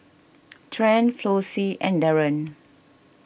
Trent Flossie and Daren